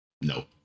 no